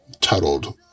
titled